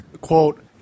quote